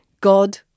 God